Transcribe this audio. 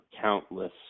countless